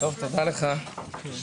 אחר כך